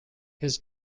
his